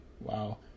wow